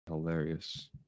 Hilarious